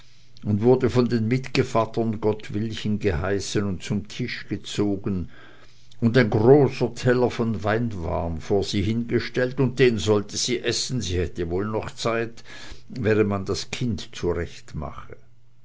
und wurde von den mitgevattern gottwillchen geheißen und zum tisch gezogen und ein großer teller voll weinwarm vor sie gestellt und den sollte sie essen sie hätte wohl noch zeit während man das kind